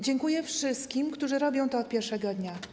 Dziękuję wszystkim, którzy robią to od pierwszego dnia.